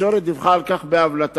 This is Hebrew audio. התקשורת דיווחה על כך בהבלטה.